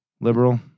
liberal